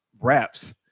wraps